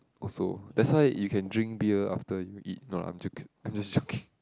also that's why you can drink beer after you eat no lah I'm joke I'm just joking